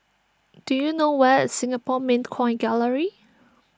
do you know where is Singapore Mint Coin Gallery